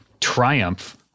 Triumph